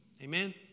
Amen